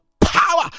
power